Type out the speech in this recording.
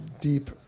deep